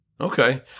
Okay